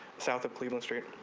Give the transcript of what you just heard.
south cleveland street